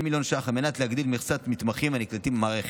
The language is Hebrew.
מיליון ש"ח על מנת להגדיל את מכסת המתמחים הנקלטים במערכת.